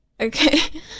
Okay